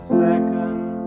second